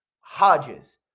hodges